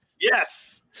Yes